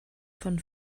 von